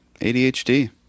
ADHD